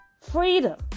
freedom